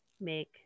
make